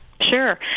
Sure